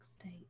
state